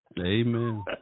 Amen